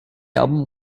album